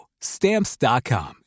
Stamps.com